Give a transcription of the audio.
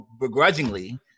begrudgingly